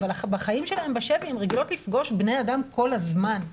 אבל בחיים שלהן בשבי הן רגילות לפגוש בני אדם כל הזמן,